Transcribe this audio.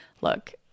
Look